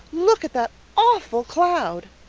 look at that awful cloud!